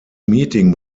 meeting